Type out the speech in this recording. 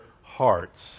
hearts